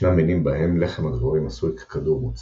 ישנם מינים בהם לחם הדבורים עשוי ככדור מוצק,